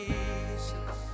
Jesus